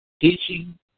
Teaching